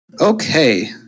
Okay